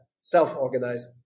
self-organized